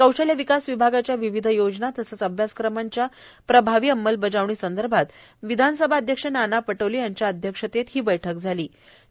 कौशल्य विकास विभागाच्या विविध योजना तसंच अभ्यासक्रमांच्या प्रभावी अंमलबजावणीसंदर्भात विधानसभा अध्यक्ष नाना पटोले यांच्या अध्यक्षतेत झालेल्या बैठकीत हे निर्णय घेण्यात आले